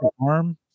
arm